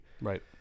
Right